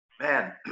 man